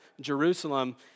Jerusalem